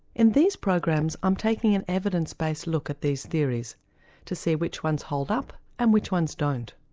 in these programs i'm taking an evidence-based look at these theories to see which ones hold up and which ones don't.